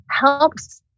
helps